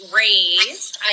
raised